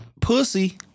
Pussy